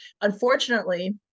unfortunately